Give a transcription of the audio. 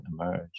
emerge